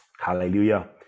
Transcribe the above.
Hallelujah